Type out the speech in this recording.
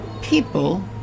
...people